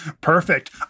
Perfect